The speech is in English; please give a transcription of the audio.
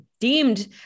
deemed